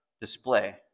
display